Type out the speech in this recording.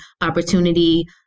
opportunity